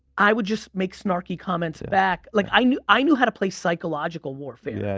i would just make snarky comments back like i knew i knew how to play psychological warfare. yeah